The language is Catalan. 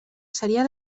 seria